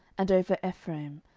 and over ephraim,